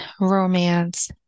romance